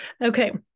Okay